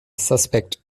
suspect